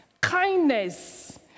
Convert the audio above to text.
kindness